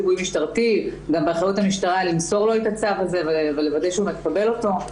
גם באחריות המשטרה למסור לו את הצו הזה ולוודא שהוא מקבל אותו.